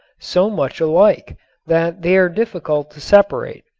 so much alike that they are difficult to separate.